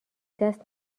دست